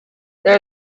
there